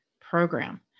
program